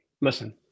listen